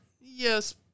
Yes